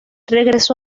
regresó